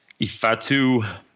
Ifatu